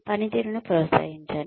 పనితీరును ప్రోత్సహించండి